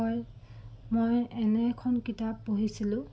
হয় মই এনে এখন কিতাপ পঢ়িছিলোঁ